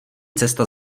cesta